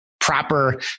proper